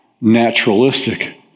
naturalistic